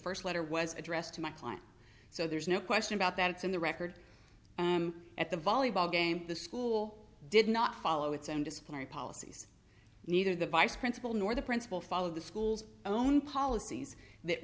first letter was addressed to my client so there's no question about that it's in the record i'm at the volleyball game the school did not follow its own disciplinary policies neither the vice principal nor the principal followed the school's own policies that